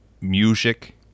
music